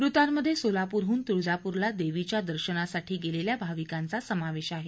मृतांमध्ये सोलापूरहून तुळजापूरला देवीच्या दर्शनासाठी गेलेल्या भाविकांचा समावेश आहे